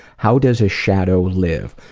how does a shadow live?